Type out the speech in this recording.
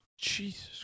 Jesus